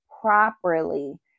properly